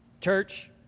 Church